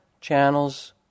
channels